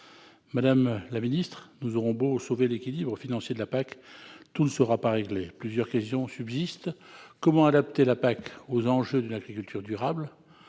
Madame la ministre, nous aurons beau sauver l'équilibre financier de la PAC, tout ne sera pas réglé. Plusieurs questions subsistent. Comment adapter la PAC aux enjeux de l'agriculture durable ?